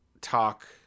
talk